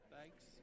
Thanks